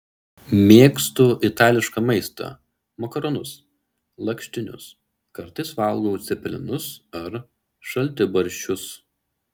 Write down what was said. mėgstu itališką maistą makaronus lakštinius kartais valgau cepelinus ar šaltibarščius